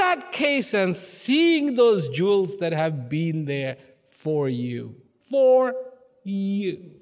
that case and seeing those jewels that have been there for you for you